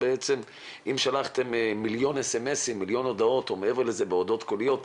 אם שלחתם מיליון הודעות או מעבר לזה בהודעות קוליות,